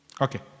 Okay